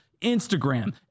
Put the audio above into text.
Instagram